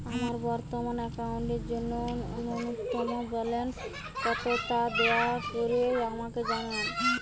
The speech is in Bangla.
আমার বর্তমান অ্যাকাউন্টের জন্য ন্যূনতম ব্যালেন্স কত তা দয়া করে আমাকে জানান